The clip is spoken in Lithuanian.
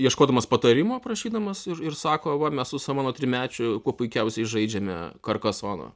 ieškodamas patarimo prašydamas ir ir sako va mes su savo mano trimečiu kuo puikiausiai žaidžiame karkasoną